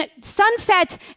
sunset